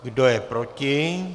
Kdo je proti?